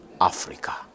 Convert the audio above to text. Africa